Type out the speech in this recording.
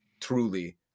Truly